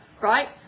right